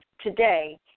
today